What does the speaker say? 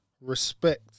respect